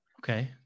Okay